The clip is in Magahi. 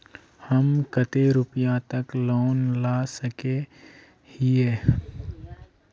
हम कते रुपया तक लोन ला सके हिये?